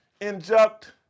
Inject